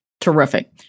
Terrific